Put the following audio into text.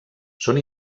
són